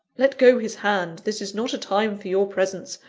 let go his hand this is not a time for your presence,